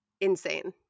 insane